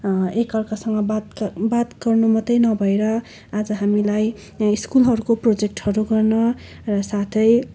एक अर्कासँग बात बात गर्नु मात्रै नभएर आज हामीलाई यहाँ स्कुलहरूको प्रोजेक्टहरू गर्न र साथै